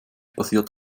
basiert